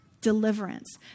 deliverance